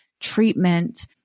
treatment